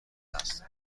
است